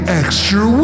extra